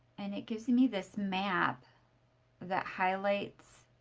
and it gives me this map that highlights